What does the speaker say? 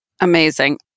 Amazing